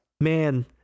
Man